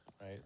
right